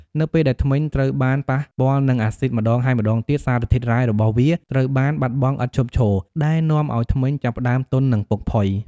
នៅពេលដែលធ្មេញត្រូវបានប៉ះពាល់នឹងអាស៊ីតម្តងហើយម្តងទៀត សារធាតុរ៉ែរបស់វាត្រូវបានបាត់បង់ឥតឈប់ឈរ ដែលនាំឱ្យធ្មេញចាប់ផ្តើមទន់ និងពុកផុយ។